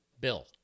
bill